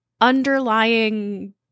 underlying